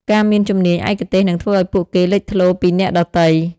ការមានជំនាញឯកទេសនឹងធ្វើឱ្យពួកគេលេចធ្លោពីអ្នកដទៃ។